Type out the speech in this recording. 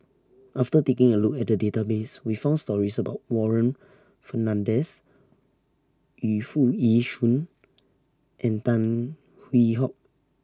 after taking A Look At The Database We found stories about Warren Fernandez Yu Foo Yee Shoon and Tan Hwee Hock